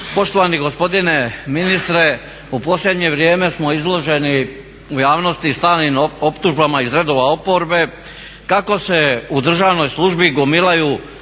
Poštovani gospodine ministre u posljednje vrijeme smo izloženi u javnosti stalnim optužbama iz redova oporbe kako se u državnoj službi gomilaju